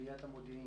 -- מעבר המודיעין,